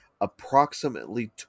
approximately